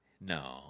No